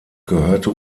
gehörte